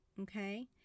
Okay